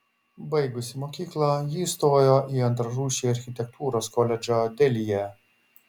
baigusi mokyklą ji įstojo į antrarūšį architektūros koledžą delyje